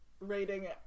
rating